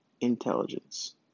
intelligence